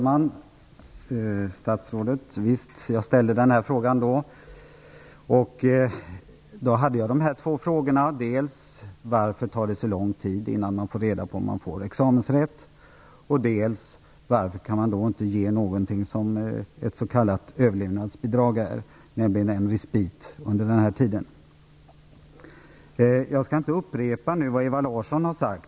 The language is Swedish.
Fru talman! Visst har jag frågat om detta tidigare. Då hade jag två frågor: dels varför det tar så lång tid innan man får reda på om man får examensrätt, dels varför man inte kan ge vad ett s.k. överlevnadsbidrag är, nämligen respit, under tiden. Jag skall inte upprepa vad Ewa Larsson har sagt.